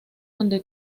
donde